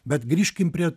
bet grįžkim prie